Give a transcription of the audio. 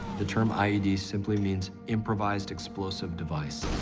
the term ied simply means improvised explosive device,